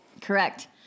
Correct